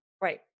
right